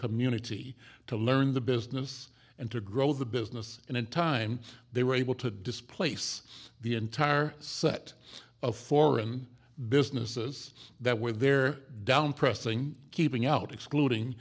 community to learn the business and to grow the business and in time they were able to displace the entire set of foreign businesses that were there down pressing keeping out excluding